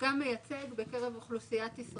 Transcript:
מדגם מייצג בקרב אוכלוסיית ישראל.